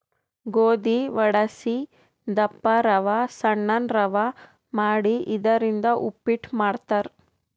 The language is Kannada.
ಗೋಧಿ ವಡಸಿ ದಪ್ಪ ರವಾ ಸಣ್ಣನ್ ರವಾ ಮಾಡಿ ಇದರಿಂದ ಉಪ್ಪಿಟ್ ಮಾಡ್ತಾರ್